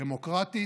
דמוקרטית,